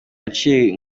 yaciye